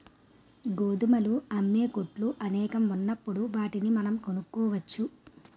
గోధుమలు అమ్మే కొట్లు అనేకం ఉన్నప్పుడు వాటిని మనం కొనుక్కోవచ్చు